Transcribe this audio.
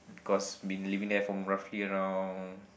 cause been living there from roughly around